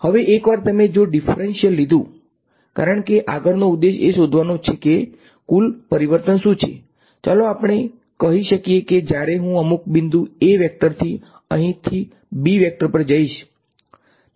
હવે એકવાર તમે જો ડીફરંશીયલ લિધુ કારણ કે આગળનો ઉદ્દેશ એ શોધવાનો છે કે કુલ પરિવર્તન શું છે ચાલો આપણે કહી શકીએ કે જ્યારે હું અમુક બિંદુ "a" વેક્ટરથી અહીં થી "b" વેક્ટર પર જઈશ